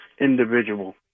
individual